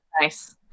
nice